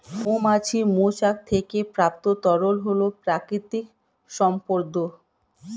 মৌমাছির মৌচাক থেকে প্রাপ্ত তরল হল প্রাকৃতিক সম্পদ